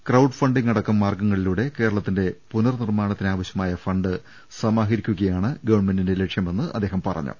crowd funding അടക്കം മാർഗ്ഗങ്ങളിലൂടെ കേരളത്തിന്റെ പുനർ നിർമ്മാണത്തിന് ആവശ്യമായ ഫണ്ട് സമാഹരിക്കുകയാണ് ഗവൺമെന്റിന്റെ ലക്ഷ്യമെന്ന് അദ്ദേഹം പറഞ്ഞു